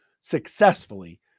successfully